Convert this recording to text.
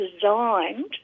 designed